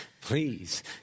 please